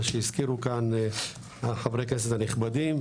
מה שהזכירו כאן חברי הכנסת הנכבדים.